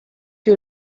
you